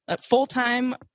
full-time